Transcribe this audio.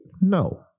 No